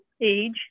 age